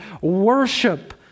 worship